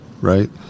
right